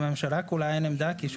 לממשלה כולה אין עמדה כי,